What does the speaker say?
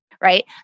right